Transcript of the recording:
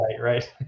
right